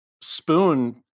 Spoon